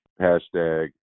hashtag